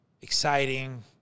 exciting